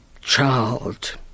Child